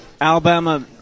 Alabama